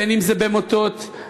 אם במוטות,